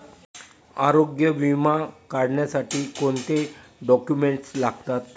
आरोग्य विमा काढण्यासाठी कोणते डॉक्युमेंट्स लागतात?